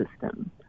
system